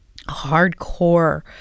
hardcore